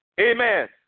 Amen